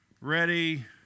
ready